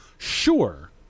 Sure